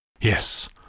Yes